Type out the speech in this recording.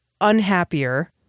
unhappier